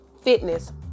fitness